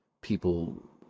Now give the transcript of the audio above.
people